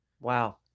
wow